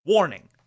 Warning